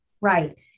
Right